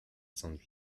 sainte